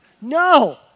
No